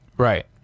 Right